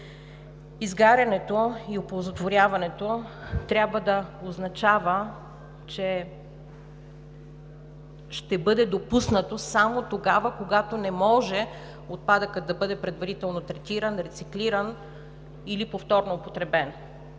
Изгарянето и оползотворяването трябва да означава, че ще бъде допуснато само тогава, когато не може отпадъкът да бъде предварително третиран, рециклиран или повторно употребен,